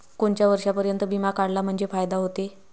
कोनच्या वर्षापर्यंत बिमा काढला म्हंजे फायदा व्हते?